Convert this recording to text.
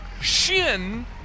shin